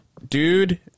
Dude